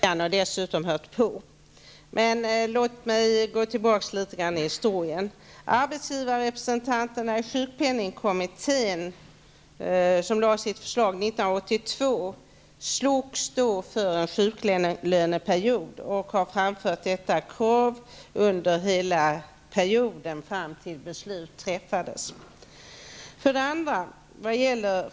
Herr talman! Det vore bra om Bengt Dalström hade varit här från början och dessutom hört på. Låt mig gå tillbaka något i historien. 1982, slogs för en sjuklöneperiod och har framfört detta krav under hela perioden fram till det att beslut fattades.